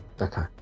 Okay